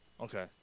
Okay